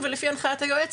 ולפי הנחיית היועץ,